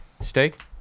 Steak